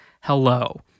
Hello